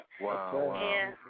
Wow